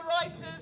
writer's